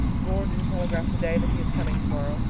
gordon telegraphed today that he is coming tomorrow.